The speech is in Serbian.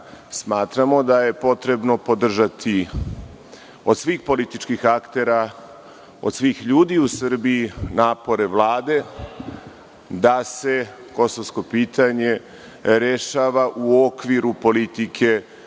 smatramo da je potrebno podržati, od svih političkih aktera, od svih ljudi u Srbiji, napore Vlade da se kosovsko pitanje rešava u okviru politike